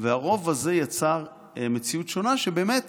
והרוב הזה יצר מציאות שונה, שבאמת